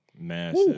Massive